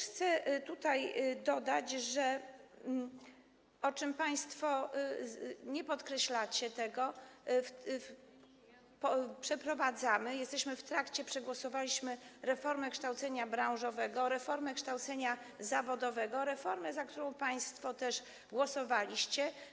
Chcę także tutaj dodać, że, czego państwo nie podkreślacie, przeprowadzamy - jesteśmy w trakcie, przegłosowaliśmy to - reformę kształcenia branżowego, reformę kształcenia zawodowego, reformę, za którą państwo też głosowaliście.